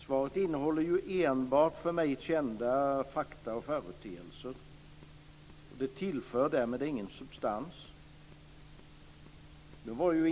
Svaret innehåller enbart för mig kända fakta och företeelser och tillför därmed ingen substans till diskssionen.